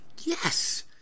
yes